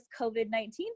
COVID-19